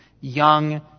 young